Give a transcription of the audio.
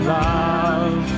love